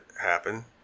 happen